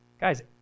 Guys